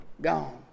Gone